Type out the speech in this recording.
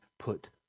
Put